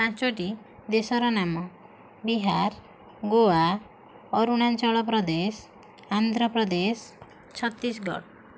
ପାଞ୍ଚଟି ଦେଶର ନାମ ବିହାର ଗୋଆ ଅରୁଣାଞ୍ଚଳ ପ୍ରଦେଶ ଆନ୍ଧ୍ର ପ୍ରଦେଶ ଛତିଶଗଡ଼